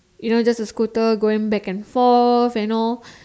you know just a scooter going back and forth you know